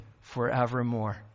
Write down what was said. forevermore